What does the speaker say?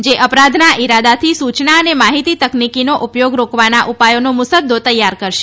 જે અપરાધના ઇરાદાથી સૂચના અને માહિતી તકનિકીનો ઉપયોગ રોકવાના ઉપાયોનો મુસદ્દો તૈયાર કરશે